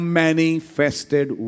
manifested